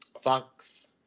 Fox